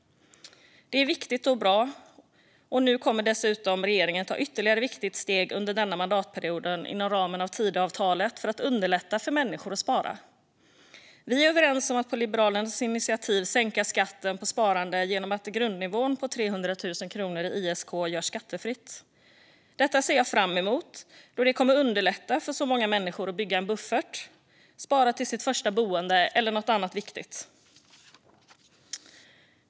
Det är viktigt och bra. Nu kommer regeringen dessutom att ta ytterligare ett viktigt steg under denna mandatperiod inom ramen för Tidöavtalet för att underlätta för människor att spara. Vi är överens om att på Liberalernas initiativ sänka skatten på sparande genom att en grundnivå på 300 000 kronor i ISK görs skattefri. Detta ser jag fram emot, då det kommer att underlätta för många människor att bygga en buffert, spara till sitt första boende eller göra något annat viktigt.